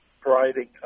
providing